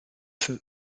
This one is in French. feu